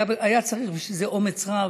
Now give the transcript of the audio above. היה צריך בשביל זה אומץ רב.